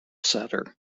center